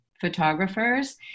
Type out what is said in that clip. photographers